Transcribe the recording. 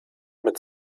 mit